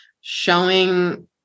showing